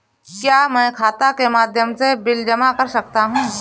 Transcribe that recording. क्या मैं खाता के माध्यम से बिल जमा कर सकता हूँ?